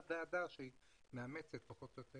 תודה לוועדה שהיא מאמצת פחות או יותר